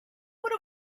would